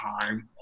time